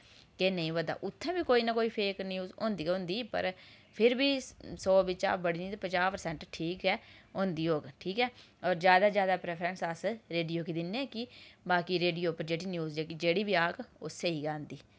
केह् नेईं होआ दा कोई ना कोई फेक न्यूज होंदी गै होंदी पर फिर बी सौ बिच्चा बड़ियां पंजाह् परसैंट ठीक गै होंदी होग ठीक ऐ और जैदा जैदा प्रैफरैंस अस रेडियो गी दिन्ने कि बाकी रेडियो पर जेह्ड़ी न्यूज औग ओह् स्हेही गै औग